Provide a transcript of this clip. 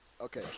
okay